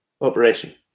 operation